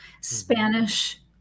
Spanish